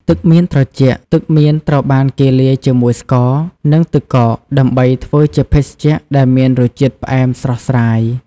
ទឹកមៀនត្រជាក់ ទឹកមៀនត្រូវបានគេលាយជាមួយស្ករ និងទឹកកកដើម្បីធ្វើជាភេសជ្ជៈដែលមានរសជាតិផ្អែមស្រស់ស្រាយ។